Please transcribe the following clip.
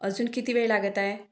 अजून किती वेळ लागत आहे